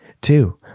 two